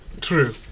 True